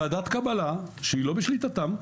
ועדת קבלה שהיא לא בשליטתם,